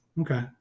Okay